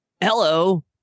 Hello